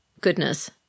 goodness